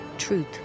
truth